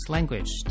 Language